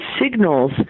signals